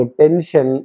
tension